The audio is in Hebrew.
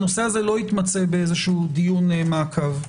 שהנושא הזה לא יתמצה באיזה דיון מעקב,